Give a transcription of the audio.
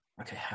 Okay